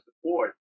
support